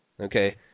Okay